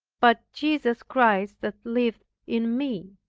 but jesus christ that liveth in me.